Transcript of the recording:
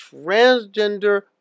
transgender